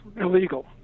illegal